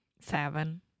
Seven